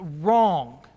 wrong